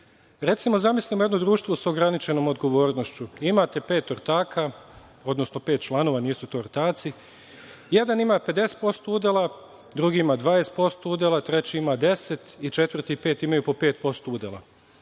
glasanja. Zamislimo jedno društvo sa ograničenom odgovornošću. Imate 5 ortaka, odnosno pet članova, nisu to ortaci, jedan ima 50% udela, drugi ima 20% udela, treći ima 10% udela, i četvrti i peti imaju po 5% udela.